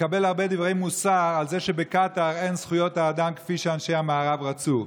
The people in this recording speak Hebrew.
מקבל הרבה דברי מוסר על זה שבקטאר אין זכויות אדם כפי שאנשי המערב רצו.